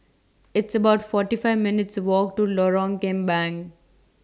It's about forty five minutes' Walk to Lorong Kembang